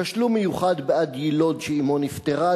תשלום מיוחד בעד יילוד שאמו נפטרה,